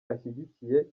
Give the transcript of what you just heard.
ashyigikiye